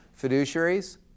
fiduciaries